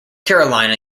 carolina